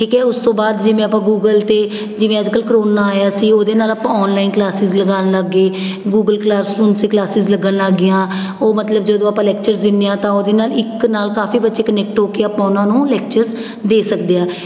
ਠੀਕ ਹੈ ਉਸ ਤੋਂ ਬਾਅਦ ਜਿਵੇਂ ਆਪਾਂ ਗੂਗਲ 'ਤੇ ਜਿਵੇਂ ਅੱਜ ਕੱਲ੍ਹ ਕਰੋਨਾ ਆਇਆ ਸੀ ਉਹਦੇ ਨਾਲ ਆਪਾਂ ਔਨਲਾਈਨ ਕਲਾਸਿਸ ਲਗਾਉਣ ਲੱਗ ਗਏ ਗੂਗਲ ਕਲਾਸ ਰੂਮ 'ਤੇ ਕਲਾਸਿਸ ਲੱਗਣ ਲੱਗ ਗਈਆਂ ਉਹ ਮਤਲਬ ਜਦੋਂ ਆਪਾਂ ਲੈਕਚਰ ਦਿੰਦੇ ਹਾਂ ਤਾਂ ਉਹਦੇ ਨਾਲ ਇੱਕ ਨਾਲ ਕਾਫ਼ੀ ਬੱਚੇ ਕਨੈਕਟ ਹੋ ਕੇ ਆਪਾਂ ਉਹਨਾਂ ਨੂੰ ਲੈਕਚਰਸ ਦੇ ਸਕਦੇ ਹਾਂ